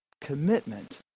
commitment